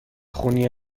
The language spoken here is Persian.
خونی